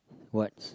what's